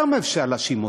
כמה אפשר להאשים אותם?